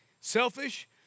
selfish